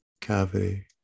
cavity